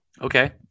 Okay